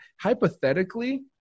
Hypothetically